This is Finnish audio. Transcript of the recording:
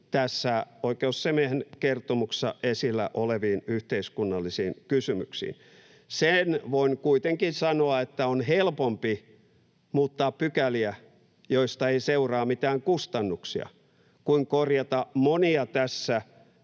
tässä oikeusasiamiehen kertomuksessa esillä oleviin yhteiskunnallisiin kysymyksiin. Sen voin kuitenkin sanoa, että on helpompi muuttaa pykäliä, joista ei seuraa mitään kustannuksia, kuin korjata monia tässä